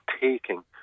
taking